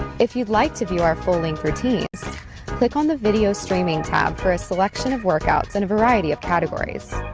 if you'd like to view our full-length routines click on the video streaming tab for a selection of workouts in a variety of categories